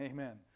Amen